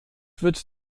wird